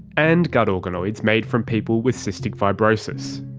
and gut organoids made from people with cystic fibrosis.